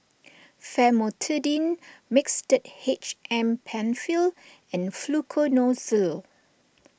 Famotidine Mixtard H M Penfill and Fluconazole